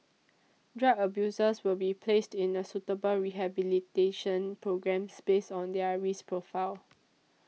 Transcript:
drug abusers will be placed in a suitable rehabilitation programmes based on their risk profile